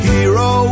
Hero